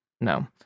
No